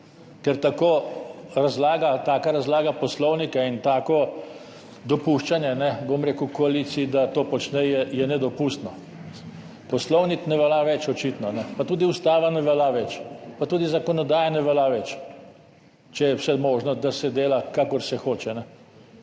Ker taka razlaga poslovnika in tako dopuščanje, bom rekel, koaliciji, da to počne, je nedopustno. Poslovnik ne velja več, očitno. Pa tudi ustava ne velja več, pa tudi zakonodaja ne velja več, če je vse možno, da se dela, kakor se hoče.